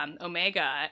Omega